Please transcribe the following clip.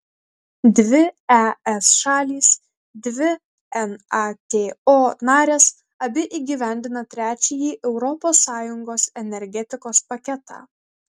dvi es šalys dvi nato narės abi įgyvendina trečiąjį europos sąjungos energetikos paketą